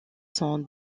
sont